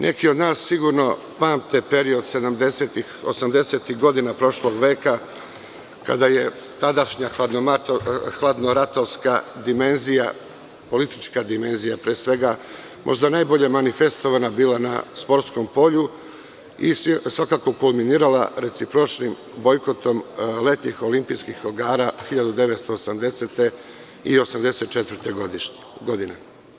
Neki od nas sigurno pamte period 70-tih i 80-tih godina prošlog veka, kada je tadašnja hladnoratovska dimenzija, politička dimenzija, pre svega, možda najbolje manifestovana bila na sportskom polju i svakako je kulminirala recipročnim bojkotom, letnjih olimpijskih igara 1980. godine i 1984. godine.